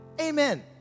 Amen